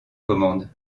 commande